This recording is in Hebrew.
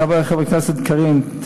לגבי חברת הכנסת קארין אלהרר,